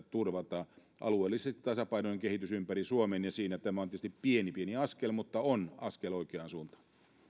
turvata alueellisesti tasapainoinen kehitys ympäri suomen ja siinä tämä on tietysti pieni pieni askel mutta on askel oikeaan suuntaan